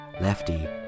Lefty